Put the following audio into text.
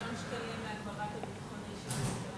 מה עם 18 מיליון השקלים להגברת הביטחון האישי בירושלים שקוצצו?